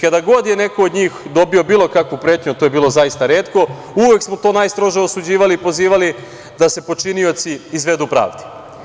Kad god je neko od njih dobio bilo kakvu pretnju, a to je bilo zaista retko, uvek smo to najstrože osuđivali i pozivali da se počinioci izvedu pravdi.